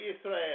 Israel